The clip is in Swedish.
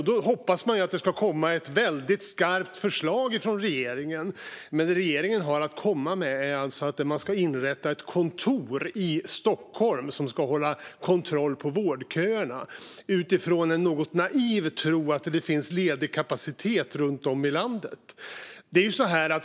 Då hoppas man ju att det ska komma ett skarpt förslag från regeringen, men det regeringen har att komma med är alltså att det ska inrättas ett kontor i Stockholm som ska hålla koll på vårdköerna. Detta föreslås utifrån en något naiv tro att det finns ledig kapacitet runt om i landet.